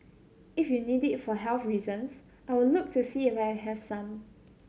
if you need it for health reasons I will look to see if I have some